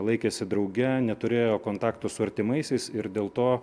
laikėsi drauge neturėjo kontakto su artimaisiais ir dėl to